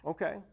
Okay